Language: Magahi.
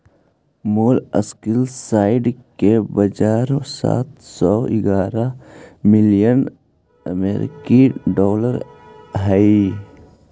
मोलस्कीसाइड के बाजार सात सौ ग्यारह मिलियन अमेरिकी डॉलर हई